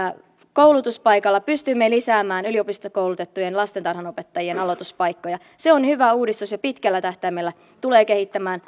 koulutuspaikalla pystymme lisäämään yliopistokoulutettujen lastentarhanopettajien aloituspaikkoja se on hyvä uudistus ja pitkällä tähtäimellä tulee kehittämään